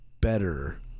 better